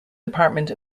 department